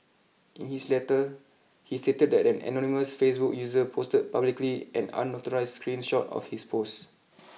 in his letter he stated that an anonymous Facebook user posted publicly an unauthorised screen shot of his post